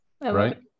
Right